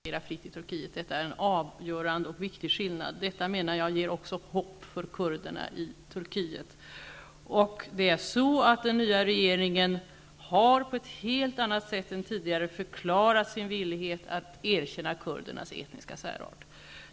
Fru talman! Det faktum att Turkiet har allmänna val, att det finns partier som agerar fritt och att människor har möjlighet att agera fritt i Turkiet är en avgörande och viktig skillnad gentemot Irak. Detta ger också, menar jag, hopp för kurderna i Den nya regeringen har på ett helt annat sätt än den tidigare förklarat sin villighet att erkänna kurdernas etniska särart.